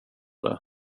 det